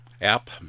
app